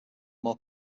more